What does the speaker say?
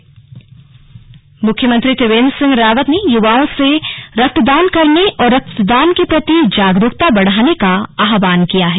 slug रक्तदान मुख्यमंत्री त्रिवेन्द्र सिंह रावत ने युवाओं से रक्तदान करने और रक्तदान के प्रति जागरूकता बढ़ाने का ्रा आह्वान किया है